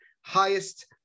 highest